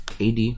AD